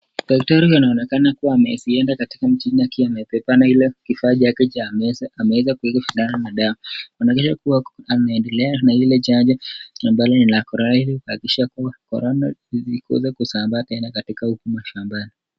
Daktari anaonekana kuwa amezienda katika mjini akiwa amebeba na ile kifaa chake cha meza. Ameweza kuweka shindano na dawa. Anaendelea na ile janja ambalo ni la kuhakikisha kuwa Corona haziwezi kusambaa tena katika huku mashambani.